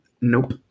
Nope